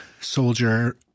soldier